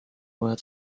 were